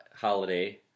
holiday